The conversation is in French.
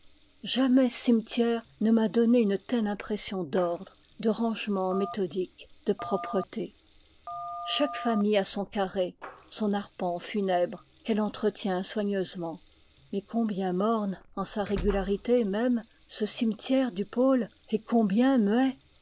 jamais cimetière ne m'a donné une telle impression d'ordre de rangement méthodique de propreté chaque famille a son carré son arpent funèbre qu'elle entretient soigneusement mais combien morne en sa régularité même ce cimetière du pôle et combien muet